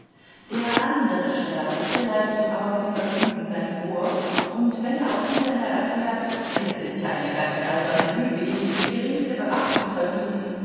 der andere sterbliche leiht ihm aber mit vergnügen sein ohr und wenn er auch hinterher erklärt es ist ja eine ganz alberne lüge die nicht die geringste beachtung verdient